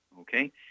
Okay